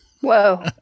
Whoa